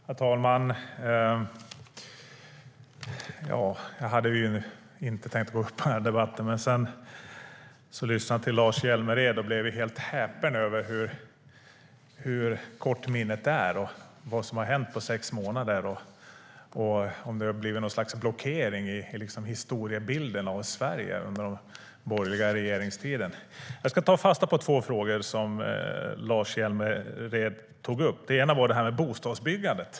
Herr talman! Jag hade inte tänkt gå upp i debatten, men sedan lyssnade jag till Lars Hjälmered och blev helt häpen över hur kort minnet är beträffande vad som har hänt på sex månader och om det har blivit något slags blockering i historiebilden av Sverige under den borgerliga regeringstiden. Jag ska ta fasta på två frågor som Lars Hjälmered tog upp. Den ena var bostadsbyggandet.